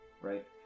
right